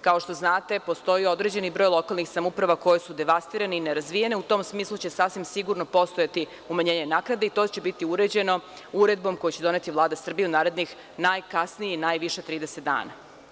kao što znate, postoji određeni broj lokalnih samouprava koje su devastirane i nerazvijene i u tom smislu će sasvim sigurno postojati umanjenje naknade i to će biti uređeno uredbom koju će doneti Vlada Srbije u narednih najkasnije i najviše 30 dana.